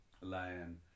Lion